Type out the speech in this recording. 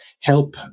help